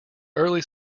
early